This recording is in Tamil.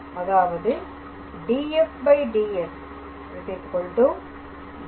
அதாவது dfds ∇⃗⃗ fP